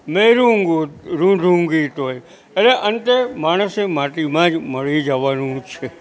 મેં રો મેં રોઉંગી તોય એટલે અંતે માણસે માટીમાં જ મળી જવાનું છે